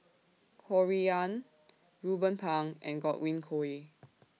Ho Rui An Ruben Pang and Godwin Koay